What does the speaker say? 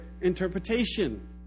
interpretation